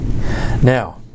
now